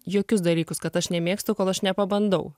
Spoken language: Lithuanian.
jokius dalykus kad aš nemėgstu kol aš nepabandau